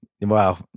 Wow